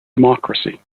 democracy